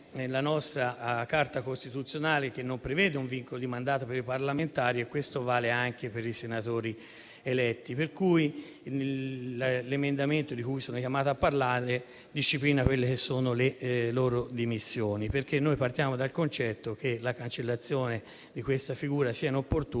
la nostra Carta costituzionale non prevede un vincolo di mandato per i parlamentari, e questo vale anche per i senatori eletti. Pertanto, l'emendamento di cui sono chiamato a parlare disciplina le loro dimissioni, perché partiamo dal concetto che la cancellazione di questa figura sia inopportuna